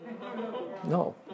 No